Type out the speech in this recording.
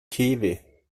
kiwi